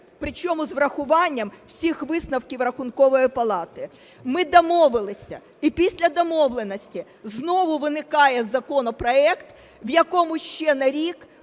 причому з урахуванням всіх висновків Рахункової палати. Ми домовилися, і після домовленості знову виникає законопроект, в якому ще на рік